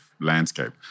landscape